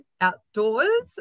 outdoors